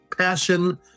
Passion